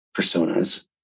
personas